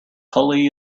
tully